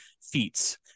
feats